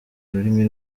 rurimi